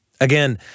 Again